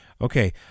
Okay